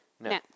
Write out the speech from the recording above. No